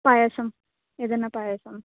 పాయసం ఏదన్నా పాయసం